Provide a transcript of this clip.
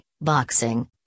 boxing